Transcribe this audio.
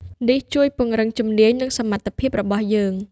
នេះជួយពង្រឹងជំនាញ និងសមត្ថភាពរបស់យើង។